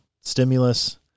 stimulus